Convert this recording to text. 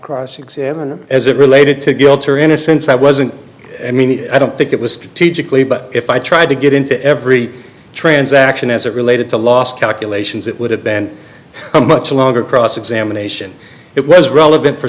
cross examining as it related to guilt or innocence i wasn't i mean i don't think it was teaching but if i tried to get into every transaction as it related to last calculations it would have been a much longer cross examination it was relevant for